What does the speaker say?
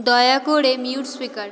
দয়া করে mute speaker